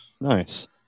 Nice